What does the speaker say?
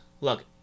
Look